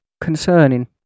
concerning